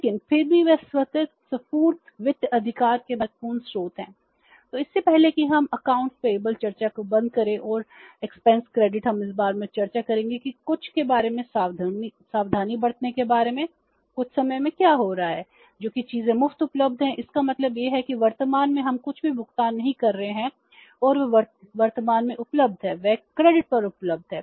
लेकिन फिर भी ये स्वतःस्फूर्त वित्त अधिकार के महत्वपूर्ण स्रोत हैं तो इससे पहले कि हम अकाउंट्स पेबल पर उपलब्ध हैं